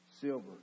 silver